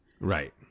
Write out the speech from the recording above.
Right